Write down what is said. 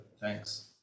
thanks